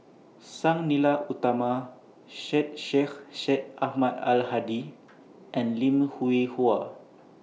Sang Nila Utama Syed Sheikh Syed Ahmad Al Hadi and Lim Hwee Hua